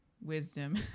wisdom